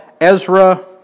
Ezra